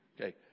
Okay